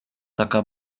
taka